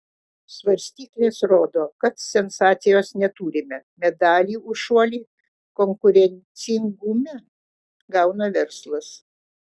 svarstyklės rodo kad sensacijos neturime medalį už šuolį konkurencingume gauna verslas